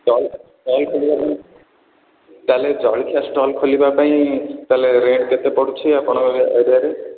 stall stall ଖୋଲିବା ପାଇଁ ତା'ହାଲେ ଜଳଖିଆ ଷ୍ଟଲ ଖୋଲିବା ପାଇଁ ତା'ହାଲେ ରେଟ୍ କେତେ ପଡ଼ୁଛି ଆପଣଙ୍କ ଏ ଏରିଆରେ